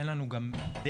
אין לנו גם דרך,